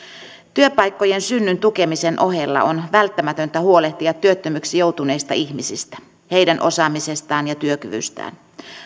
työpaikkojen synnyn tukemisen ohella on välttämätöntä huolehtia työttömiksi joutuneista ihmisistä heidän osaamisestaan ja työkyvystään